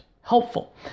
helpful